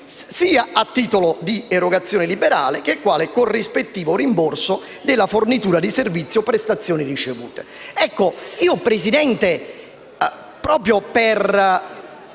sia a titolo di erogazione liberale che quale corrispettivo o rimborso della fornitura di servizi o prestazioni ricevute.